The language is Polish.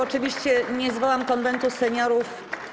Oczywiście nie zwołam Konwentu Seniorów.